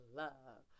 love